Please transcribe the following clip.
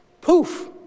poof